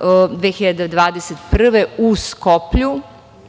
2021. godine u Skoplju